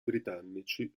britannici